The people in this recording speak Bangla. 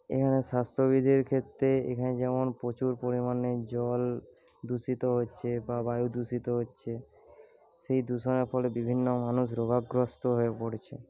এই স্বাস্থ্যবিধির ক্ষেত্রে এখানে যেমন প্রচুর পরিমাণে জল দূষিত হচ্ছে বা বায়ু দূষিত হচ্ছে সেই দূষণের ফলে বিভিন্ন মানুষ রোগগ্রস্ত হয়ে পড়ছে